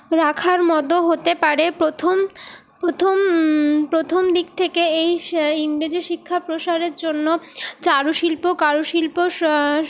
রাখার মতো হতে পারে প্রথম প্রথম প্রথমদিক থেকে এই ইংরেজী শিক্ষা প্রসারের জন্য চারুশিল্প কারুশিল্প